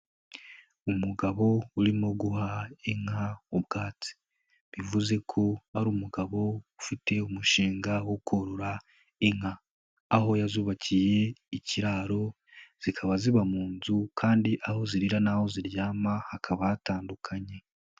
Umugabo urimo guha inka ubwatsi bivuze ko ari umugabo ufite umushinga wo korora inka, aho yazubakiye ikiraro zikaba ziba mu nzu kandi aho zirira n'aho ziryama hakaba hatandukanye.